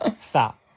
Stop